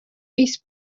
east